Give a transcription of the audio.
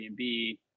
Airbnb